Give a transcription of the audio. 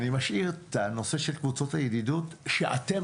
אני משאיר את הנושא של קבוצות הידידות שאתם